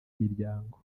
miryango